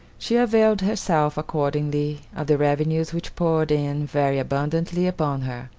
she availed herself, accordingly, of the revenues which poured in very abundantly upon her,